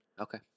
Okay